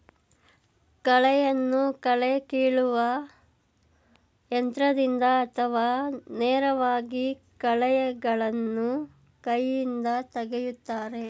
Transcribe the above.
ಕಳೆಯನ್ನು ಕಳೆ ಕೀಲುವ ಯಂತ್ರದಿಂದ ಅಥವಾ ನೇರವಾಗಿ ಕಳೆಗಳನ್ನು ಕೈಯಿಂದ ತೆಗೆಯುತ್ತಾರೆ